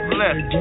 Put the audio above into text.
left